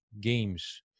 games